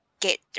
Get